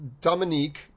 Dominique